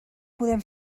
podem